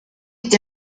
est